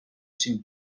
cinc